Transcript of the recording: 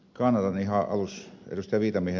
kannatan ihan aluksi ed